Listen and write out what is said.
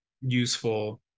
useful